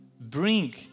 bring